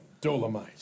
Dolomite